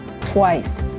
twice